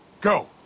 Go